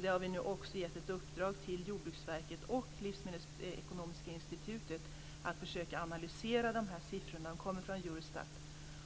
Vi har också givit i uppdrag åt Jordbruksverket och Livsmedelsekonomiska institutet att försöka analysera de här siffrorna, som kommer från Eurostat,